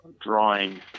drawing